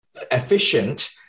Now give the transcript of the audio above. efficient